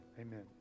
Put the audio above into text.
Amen